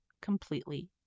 completely